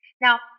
Now